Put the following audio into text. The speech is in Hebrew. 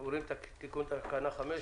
אנחנו עוברים לתיקון תקנה 5,